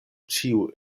ĉiu